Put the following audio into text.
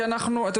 כי אתה יודע,